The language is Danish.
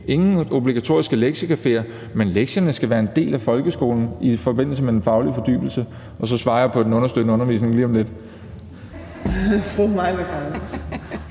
nogen obligatoriske lektiecaféer, men lektierne skal være en del af folkeskolen i forbindelse med den faglige fordybelse. Og så svarer jeg på det med den understøttende undervisning lige om lidt.